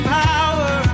power